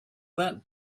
that